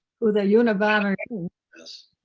who the unabomber is.